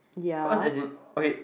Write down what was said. cause as in okay